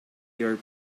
your